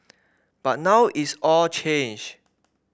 but now it's all changed